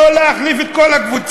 לא להחליף את כל הקבוצה.